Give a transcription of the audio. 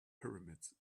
pyramids